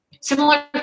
similar